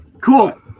cool